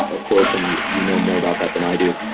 of course, and you you know more about that than i do,